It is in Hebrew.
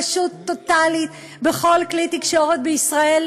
פשוט טוטלית בכל כלי התקשורת בישראל,